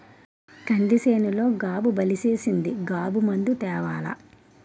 కంది సేనులో గాబు బలిసీసింది గాబు మందు తేవాల